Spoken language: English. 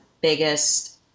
biggest